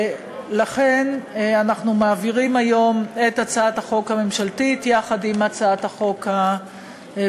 לכן אנחנו מעבירים היום את הצעת החוק הממשלתית יחד עם הצעת החוק הפרטית,